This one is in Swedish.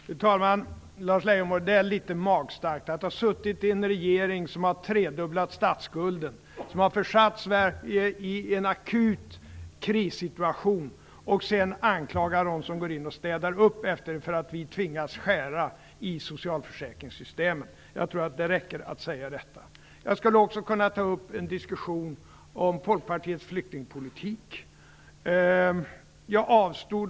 Fru talman! Det är litet magstarkt, Lars Leijonborg, att efter att ha suttit i en regering som har tredubblat statsskulden och försatt Sverige i en akut krissituation anklaga oss som gått in och städat upp efter detta för att vi tvingas skära i socialförsäkringssystemen. Jag tror att det räcker att säga detta. Jag skulle också kunna ta upp en diskussion om Folkpartiets flyktingpolitik.